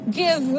give